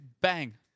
bang